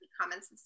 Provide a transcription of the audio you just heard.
comments